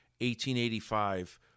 1885